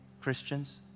Christians